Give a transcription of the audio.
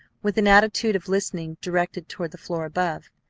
with an attitude of listening directed toward the floor above.